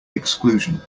exclusion